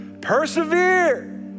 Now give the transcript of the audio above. Persevere